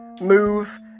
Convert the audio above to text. move